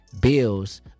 bills